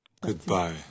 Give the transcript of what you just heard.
Goodbye